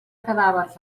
cadàvers